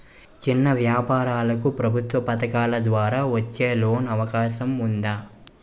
చిన్న వ్యాపారాలకు ప్రభుత్వం పథకాల ద్వారా వచ్చే లోన్ అవకాశం ఉందా?